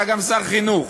אתה גם שר החינוך,